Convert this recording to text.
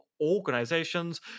organizations